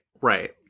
right